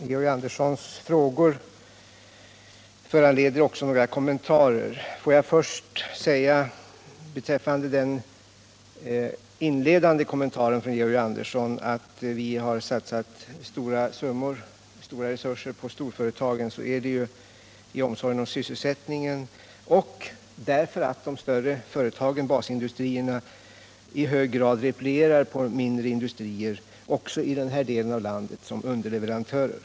Georg Anderssons frågor föranleder också några kom Måndagen den TAIentater 14 november 1977 Låt mig till att börja med säga, beträffande den inledande reflexionen I från Georg Andersson, att vi har satsat betydande resurser på stor Om sysselsättningsföretagen i omsorg om sysselsättningen därför att de större företagen, = problemen i basindustrierna, också i den här delen av landet i hög grad replierar på Västerbottens mindre industrier — som underleverantörer.